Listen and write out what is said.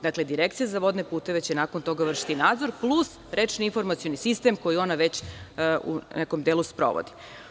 Dakle, Direkcija za vodne puteve će nakon toga vršiti nadzor plus rečni informacioni sistem koji ona već u nekom delu sprovodi.